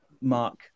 mark